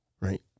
right